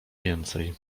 więcej